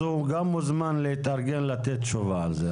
הוא גם מוזמן להתארגן לתת תשובה על זה.